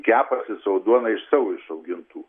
kepasi sau duoną iš savo išaugintų